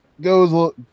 Goes